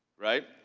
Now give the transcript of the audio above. right?